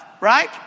right